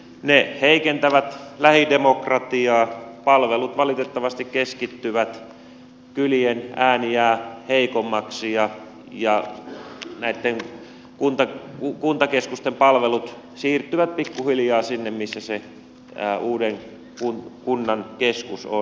ne heikentävät lähidemokratiaa palvelut valitettavasti keskittyvät kylien ääni jää heikommaksi ja näitten kuntakeskusten palvelut siirtyvät pikkuhiljaa sinne missä se uuden kunnan keskus on